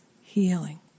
healing